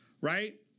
right